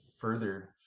further